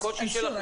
הקושי שלכם.